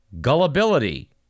gullibility